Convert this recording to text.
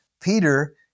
Peter